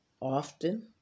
often